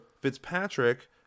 Fitzpatrick